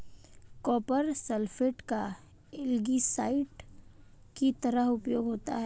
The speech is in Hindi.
कॉपर सल्फेट का एल्गीसाइड की तरह उपयोग होता है